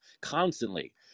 constantly